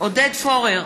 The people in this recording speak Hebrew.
עודד פורר,